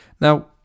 Now